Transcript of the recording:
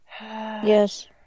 Yes